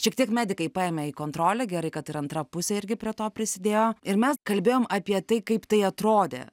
šiek tiek medikai paėmė į kontrolę gerai kad ir antra pusė irgi prie to prisidėjo ir mes kalbėjom apie tai kaip tai atrodė